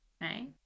Right